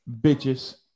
bitches